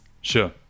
Sure